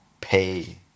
pay